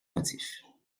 motifs